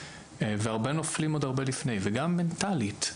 והרבה נופלים עוד הרבה לפני וגם מנטלית,